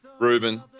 Ruben